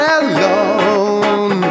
alone